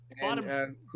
bottom